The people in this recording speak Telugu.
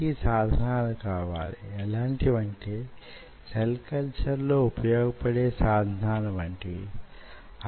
ఈ విధమైన వూగిసలాట వుండగా 2 విషయాలలో పరస్పర సంబంధాన్ని గమనించవచ్చు